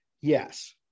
yes